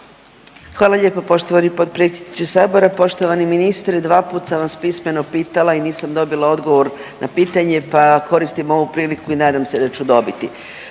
Hvala lijepo poštovani potpredsjedniče Sabora, poštovani ministre. Dvaput sam vas pismeno pitala i nisam dobila odgovor na pitanje, pa koristim ovu priliku i nadam se da ću dobiti